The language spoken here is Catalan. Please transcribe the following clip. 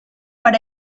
per